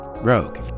Rogue